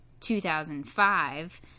2005